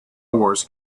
wars